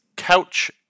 Couch